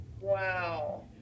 Wow